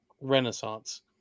Renaissance